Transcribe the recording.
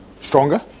stronger